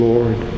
Lord